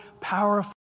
powerful